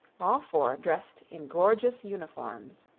all four dressed in gorgeous uniforms.